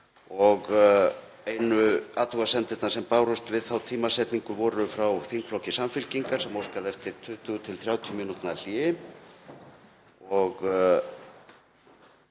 og einu athugasemdirnar sem bárust við þá tímasetningu voru frá þingflokki Samfylkingar sem óskaði eftir 20–30 mínútna hléi.